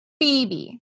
Phoebe